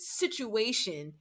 situation